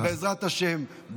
אבל בעזרת השם,